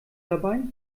dabei